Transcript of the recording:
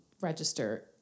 register